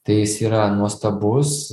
tai jis yra nuostabus